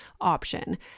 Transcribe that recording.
option